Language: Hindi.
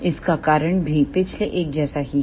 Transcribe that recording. इसका कारण भी पिछले एक जैसा ही है